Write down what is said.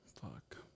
Fuck